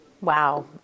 Wow